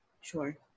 Sure